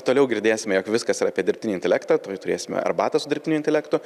toliau girdėsime jog viskas yra apie dirbtinį intelektą tuoj turėsime arbatą su dirbtiniu intelektu